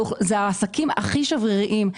אלה העסקים הכי שבריריים.